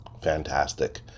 fantastic